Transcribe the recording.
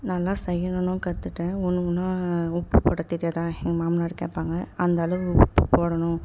நல்லா செய்யணுன்னும் கற்றுட்டேன் ஒன்று ஒன்னாக உப்பு போட தெரியாதா எங்கள் மாமனார் கேட்பாங்க அந்த அளவு உப்பு போடணும்